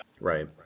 Right